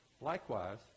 Likewise